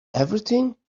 everything